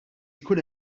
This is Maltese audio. jkun